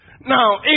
Now